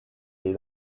les